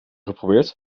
geprobeerd